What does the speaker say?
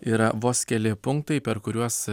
yra vos keli punktai per kuriuos